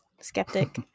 Skeptic